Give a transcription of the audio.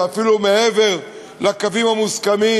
אפילו מעבר לקווים המוסכמים,